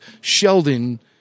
Sheldon